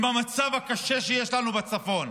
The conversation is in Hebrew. עם המצב הקשה שיש לנו בצפון,